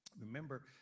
Remember